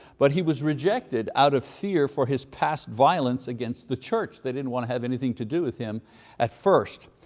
but he was rejected out of fear for his past violence against the church. they didn't want to have anything to do with him at first.